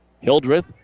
Hildreth